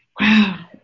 Wow